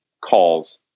calls